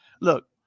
Look